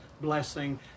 blessing